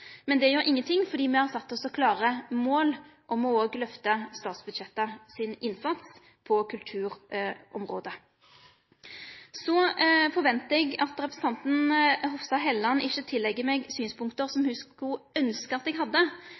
er statsbudsjettet, men det gjer ingenting, for me har sett oss klare mål om òg å lyfte statsbudsjettets innsats på kulturområdet. Så forventar eg at representanten Hofstad Helleland ikkje tillegg meg synspunkt som ho skulle ønskje at eg hadde.